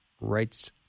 Rights